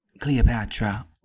Cleopatra